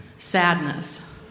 Sadness